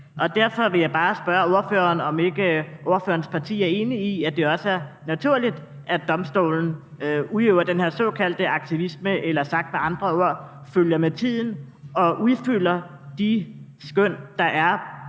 Derfor vil jeg bare spørge ordføreren, om ikke ordførerens parti er enig i, at det også er naturligt, at domstolen udøver den her såkaldte aktivisme eller sagt med andre ord følger med tiden og udfylder de skøn, der er